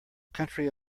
country